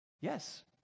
Yes